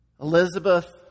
Elizabeth